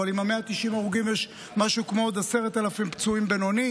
אבל עם 190 ההרוגים יש משהו כמו עוד 10,000 פצועים בינוני